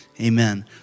Amen